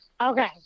Okay